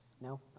No